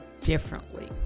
differently